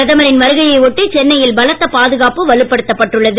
பிரதமரின் வருகையை ஒட்டி சென்னையில் பாதுகாப்பு வலுப்படுத்தப்பட்டுள்ளது